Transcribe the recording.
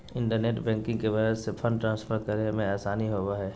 internet banking के मदद से फंड ट्रांसफर करे मे आसानी होवो हय